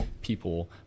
people